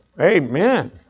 Amen